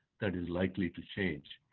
that is likely to change.